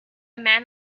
man